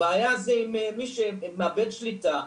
הבעיה זה עם מי שמאבד שליטה,